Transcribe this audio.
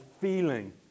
feeling